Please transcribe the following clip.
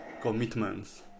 commitments